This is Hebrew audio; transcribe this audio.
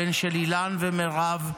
הבן של אילן ומירב,